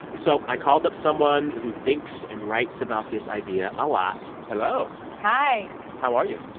so i called up someone who thinks and writes about this idea a lot hello hi how are you?